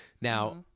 Now